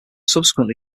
subsequently